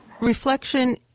reflection